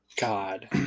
God